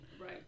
right